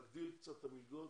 להגדיל קצת את המלגות.